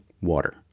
water